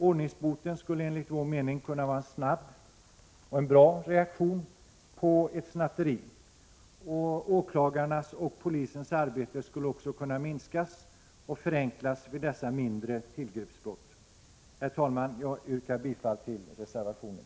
Ordningsboten skulle enligt vår mening kunna vara en snabb och bra reaktion på ett snatteri. Åklagarnas och polisens arbete skulle också kunna minskas och förenklas vid dessa mindre tillgreppsbrott. Herr talman! Jag yrkar bifall till reservationen.